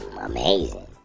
amazing